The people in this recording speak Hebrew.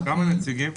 כמה נציגים?